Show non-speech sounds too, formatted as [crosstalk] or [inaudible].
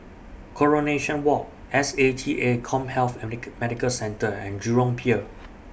Coronation Walk S A T A Commhealth [unintelligible] Medical Centre and Jurong Pier